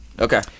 okay